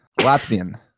Latvian